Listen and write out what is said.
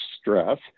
stress